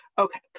Okay